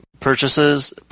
purchases